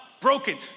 broken